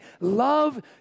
Love